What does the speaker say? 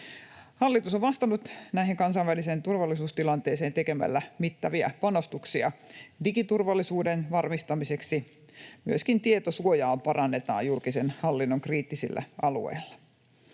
Hallitus on vastannut tähän kansainväliseen turvallisuustilanteeseen tekemällä mittavia panostuksia digiturvallisuuden varmistamiseksi, ja myöskin tietosuojaa parannetaan julkisen hallinnon kriittisillä alueilla.